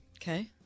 Okay